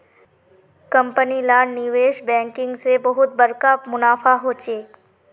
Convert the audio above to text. company लार निवेश banking से बहुत बड़का मुनाफा होचे